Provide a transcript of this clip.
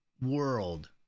world